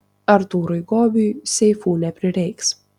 artūrui gobiui seifų neprireiks